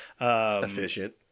Efficient